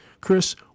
Chris